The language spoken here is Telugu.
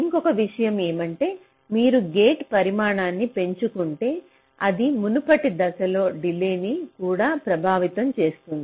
ఇంకొక విషయం ఏమంటే మీరు గేట్ పరిమాణాన్ని పెంచుకుంటే అది మునుపటి దశ డిలే న్ని కూడా ప్రభావితం చేస్తుంది